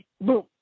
boom